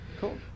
Cool